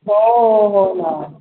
हो हो ना